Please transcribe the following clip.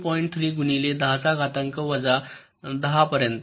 3 गुणिले 10 चा घातांक वजा 10 पर्यंत